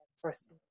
first